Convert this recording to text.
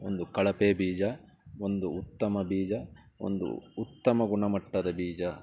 ಒಂದು ಕಳಪೆ ಬೀಜ ಒಂದು ಉತ್ತಮ ಬೀಜ ಒಂದು ಉತ್ತಮ ಗುಣಮಟ್ಟದ ಬೀಜ